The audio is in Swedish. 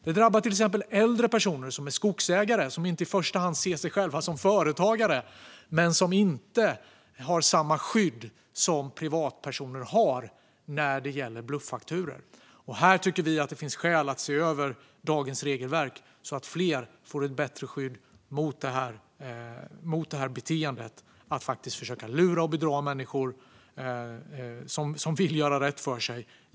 Det drabbar till exempel äldre personer som är skogsägare och som inte i första hand ser sig själva som företagare men som inte har samma skydd som privatpersoner har när det gäller bluffakturor. Här tycker vi att det finns skäl att se över dagens regelverk så att fler får ett bättre skydd mot beteendet att genom den här typen av bluffar försöka lura och bedra människor som vill göra rätt för sig.